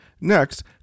Next